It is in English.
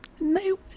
No